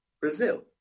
brazil